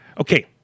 Okay